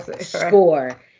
score